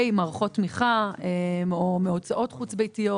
מערכות תמיכה או מהוצאות חוץ-ביתיות,